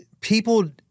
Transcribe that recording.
people